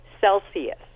Celsius